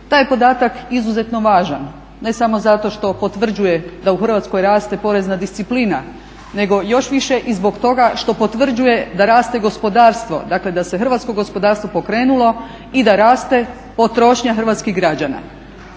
Taj je podatak izuzetno važan ne samo zato što potvrđuje da u Hrvatskoj raste porezna disciplina, nego još više i zbog toga što potvrđuje da raste gospodarstvo. Dakle da se hrvatsko gospodarstvo pokrenulo i da raste potrošnja hrvatskih građana.